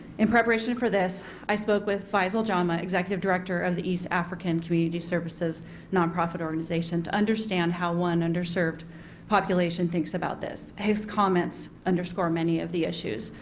in preparation for this i spoke with mr jama, executive director of the east african community services nonprofit organization to understand how one underserved population thinks about this. his comments underscore many of the issues.